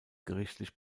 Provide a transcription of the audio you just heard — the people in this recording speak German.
gerichtlich